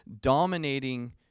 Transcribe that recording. dominating